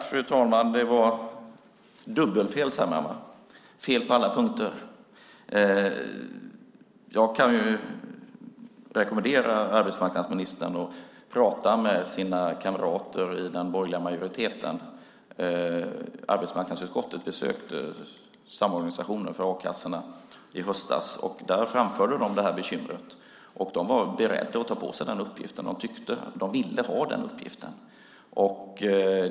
Fru talman! Det var dubbelfel, fel på alla punkter. Jag kan rekommendera arbetsmarknadsministern att prata med sina kamrater i den borgerliga majoriteten. Arbetsmarknadsutskottet besökte samorganisationen för a-kassorna i höstas, och där framförde man det här bekymret. De var beredda att ta på sig den här uppgiften, de ville ha den uppgiften.